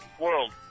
World